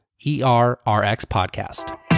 errxpodcast